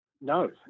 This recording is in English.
No